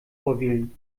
vorwählen